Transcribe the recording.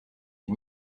des